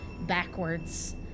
backwards